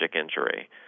injury